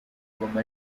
goma